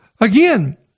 Again